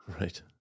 Right